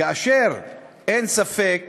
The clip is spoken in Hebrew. ואין ספק